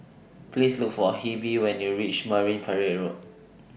Please Look For Heber when YOU REACH Marine Parade Road